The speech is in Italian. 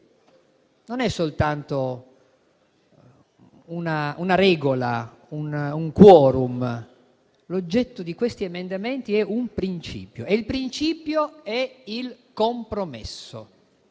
Non è soltanto una regola, un *quorum*. L'oggetto di questi emendamenti è un principio e tale principio è il compromesso,